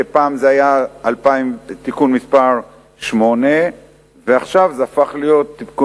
שפעם זה היה תיקון מס' 8 ועכשיו זה הפך להיות תיקון